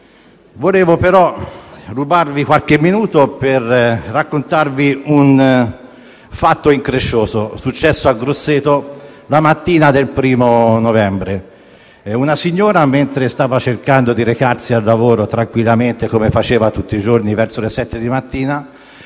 Volevo rubarvi qualche minuto per raccontarvi un fatto increscioso accaduto a Grosseto la mattina del 1° novembre. Una signora, mentre stava cercando di recarsi al lavoro tranquillamente, come faceva tutti i giorni verso le ore 7 di mattina,